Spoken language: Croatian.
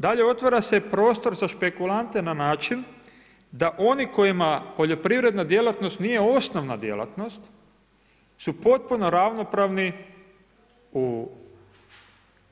Dalje, otvara se prostor za špekulante na način da oni kojima poljoprivredna djelatnost nije osnovna djelatnost su potpuno ravnopravni u